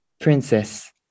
Princess